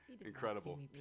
Incredible